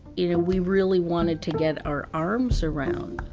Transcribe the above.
you know, we really wanted to get our arms around.